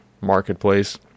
marketplace